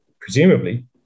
presumably